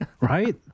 Right